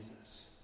Jesus